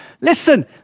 Listen